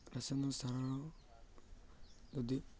ରାସାୟନିକ ସାର ଯଦି